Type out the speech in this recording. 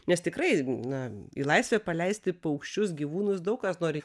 nes tikrai na į laisvę paleisti paukščius gyvūnus daug kas nori